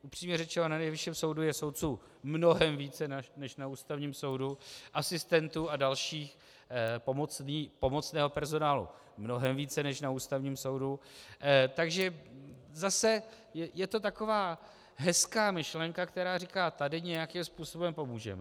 Upřímně řečeno na Nejvyšším soudu je soudců mnohem více než na Ústavním soudu, asistentů a dalšího pomocného personálu mnohem více než na Ústavním soudu, takže zase je to taková hezká myšlenka, která říká, tady nějakým způsobem pomůžeme.